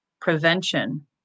prevention